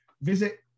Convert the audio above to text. visit